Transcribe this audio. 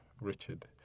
Richard